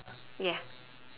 ya